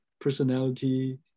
personality